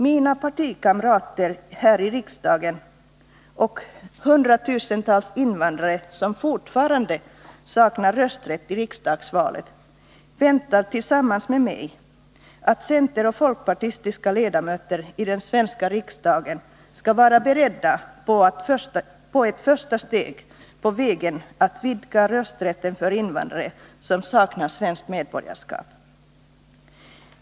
Mina partikamrater här i riksdagen och hundratusentals invandrare, som fortfarande saknar rösträtt i riksdagsvalet, förväntar sig liksom jag att centerpartistiska och folkpartistiska ledamöter i den svenska riksdagen skall vara beredda att ta ett första steg på vägen att vidga rösträtten för invandrare som saknar svenskt medborgarskap.